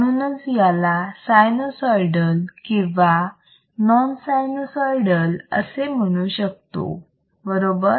म्हणूनच याला सायन्यूसॉइडल किंवा नॉन सायन्यूसॉइडल असे म्हणू शकतो बरोबर